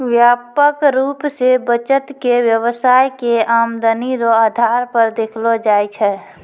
व्यापक रूप से बचत के व्यवसाय के आमदनी रो आधार पर देखलो जाय छै